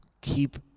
keep